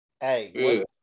Hey